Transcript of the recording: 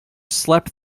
slept